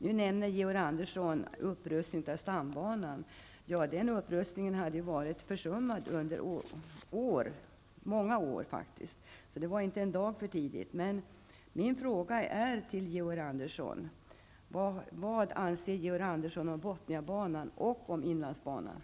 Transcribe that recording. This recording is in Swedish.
Nu nämner Georg Andersson upprustningen av stambanan. Den upprustningen hade varit försummad i många år, så det var inte en dag för tidigt att den kom till stånd.